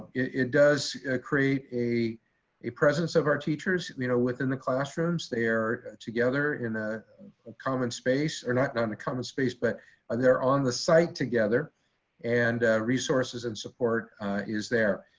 it does create a a presence of our teachers you know within the classrooms. they are together in ah a common space or not not in a common space, but there are on the site together and resources and support is there.